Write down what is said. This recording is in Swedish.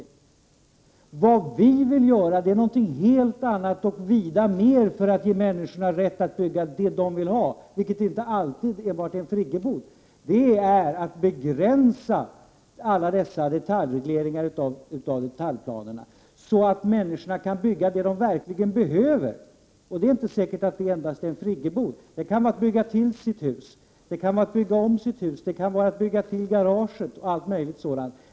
Vi moderater vill göra något vida mer för att ge människorna rätt att bygga vad de vill ha — vilket inte alltid enbart är en friggebod — nämligen begränsa alla dessa detaljregleringar av detaljplanerna, så att människorna kan bygga vad de verkligen behöver. Det är inte säkert att det endast är en friggebod. Det kan vara att bygga till eller bygga om sitt hus eller att bygga till garaget osv.